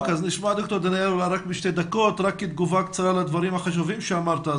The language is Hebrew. תגובה קצרה לדברים החשובים שאמרת.